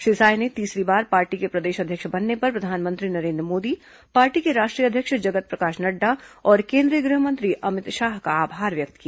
श्री साय ने तीसरी बार पार्टी के प्रदेश अध्यक्ष बनने पर प्रधानमंत्री नरेन्द्र मोदी पार्टी के राष्ट्रीय अध्यक्ष जगत प्रकाश नड्डा और केंद्रीय गृह मंत्री अमित शाह का आभार व्यक्त किया